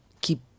keep